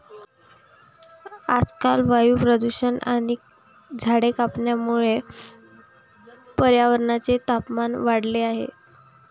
आजकाल वायू प्रदूषण आणि झाडे कापण्यामुळे पर्यावरणाचे तापमान वाढले आहे